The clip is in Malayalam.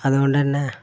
അതുകൊണ്ടുതന്നെ